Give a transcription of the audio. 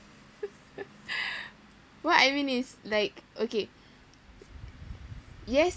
what I mean is like okay yes